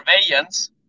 surveillance